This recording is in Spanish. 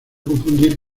confundir